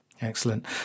Excellent